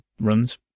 runs